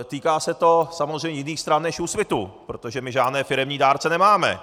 Týká se to samozřejmě jiných stran než Úsvitu, protože my žádné firemní dárce nemáme.